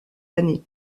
années